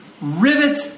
rivet